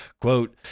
Quote